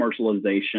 commercialization